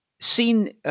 seen